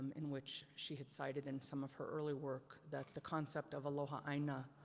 in which she had cited in some of her early work that the concept of aloha aina,